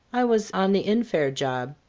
i was on the infare job.